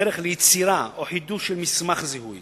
בדרך ליצירה או לחידוש מסמך זיהוי